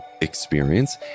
experience